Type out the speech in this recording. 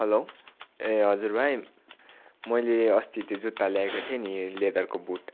hello ए हजुर भाइ मैले अस्ति त्यो जुत्ता ल्याएको थिएँ नि लेदरको बुट